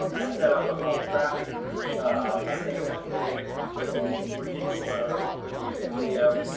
i set up a cold traffic campaign yesterday with for you for ah with the youtube video.